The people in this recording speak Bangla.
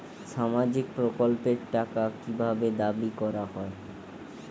সামাজিক প্রকল্পের টাকা কি ভাবে দাবি করা হয়?